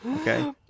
Okay